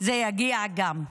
זה יגיע גם.